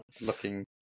looking